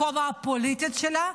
בכובע הפוליטי שלה,